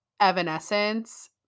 Evanescence